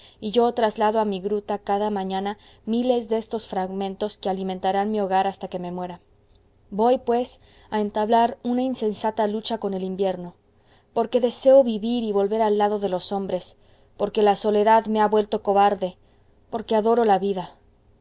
y yo traslado a mi gruta cada mañana miles de estos fragmentos que alimentarán mi hogar hasta que me muera voy pues a entablar una insensata lucha con el invierno porque deseo vivir y volver al lado de los hombres porque la soledad me ha vuelto cobarde porque adoro la vida